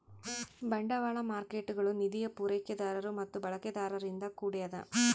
ಬಂಡವಾಳ ಮಾರ್ಕೇಟ್ಗುಳು ನಿಧಿಯ ಪೂರೈಕೆದಾರರು ಮತ್ತು ಬಳಕೆದಾರರಿಂದ ಕೂಡ್ಯದ